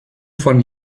von